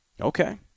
Okay